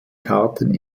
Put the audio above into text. karten